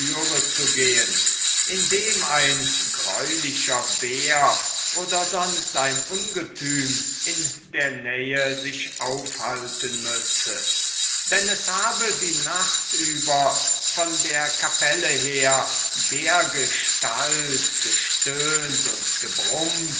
zu gehen indem ein greulicher bär oder sonst ein ungetüm in der nähe sich aufhalten müsse denn es habe die nacht über von der kapelle her dergestalt gestöhnt und gebrummt